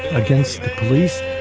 against the police,